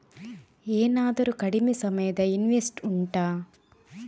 ಏನಾದರೂ ಕಡಿಮೆ ಸಮಯದ ಇನ್ವೆಸ್ಟ್ ಉಂಟಾ